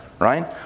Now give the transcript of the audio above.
right